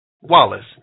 Wallace